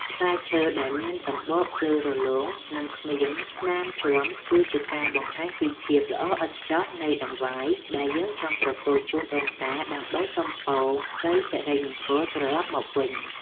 ផ្លែឈើដែលមានសម្បកភ្លឺរលោងនិងគ្មានស្នាមជាំគឺជាការបង្ហាញពីភាពល្អឥតខ្ចោះនៃដង្វាយដែលយើងចង់ប្រគល់ជូនដូនតាដើម្បីសុំពរជ័យសិរីមង្គលត្រឡប់មកវិញ។